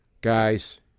Guys